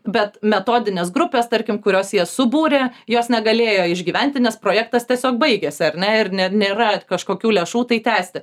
bet metodinės grupės tarkim kurios jas subūrė jos negalėjo išgyventi nes projektas tiesiog baigėsi ar ne ir net nėra kažkokių lėšų tai tęsti